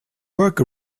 work